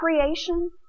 creation